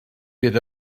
bydd